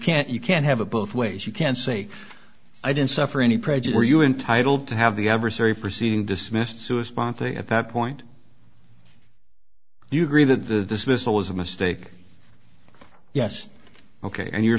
can't you can't have it both ways you can say i didn't suffer any prejudice are you entitled to have the adversary proceeding dismissed to a sponsor at that point you agree that the dismissal was a mistake yes ok and you're